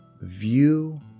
view